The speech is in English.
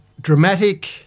dramatic